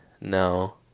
no